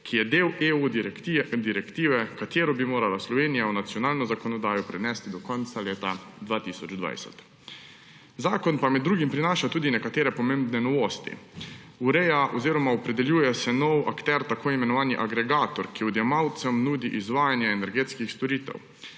ki je del EU direktive, katero bi morala Slovenija v nacionalno zakonodajo prenesti do konca leta 2020. Zakon pa med drugim prinaša tudi nekatere pomembne novosti. Ureja oziroma opredeljuje se nov akter, tako imenovani agregator, ki odjemalcem nudi izvajanje energetskih storitev,